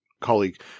colleague